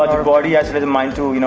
your body has rhythm mind to you know,